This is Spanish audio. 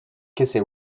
que